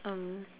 um